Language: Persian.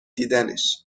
دیدنش